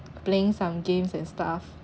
playing some games and stuff